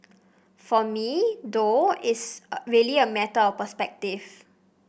for me though it's really a matter of perspective